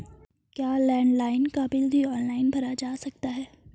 क्या लैंडलाइन का बिल भी ऑनलाइन भरा जा सकता है?